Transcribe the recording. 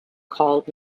called